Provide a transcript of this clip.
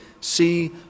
See